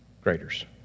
graders